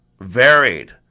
varied